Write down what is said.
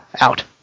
out